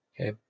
okay